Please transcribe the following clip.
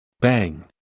Bang